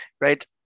right